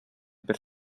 per